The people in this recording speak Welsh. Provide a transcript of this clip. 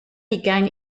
hugain